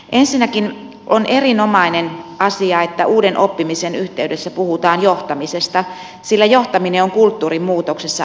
ensinnäkin on erinomainen asia että uuden oppimisen yhteydessä puhutaan johtamisesta sillä johtaminen on kulttuurin muutoksessa avaintekijöitä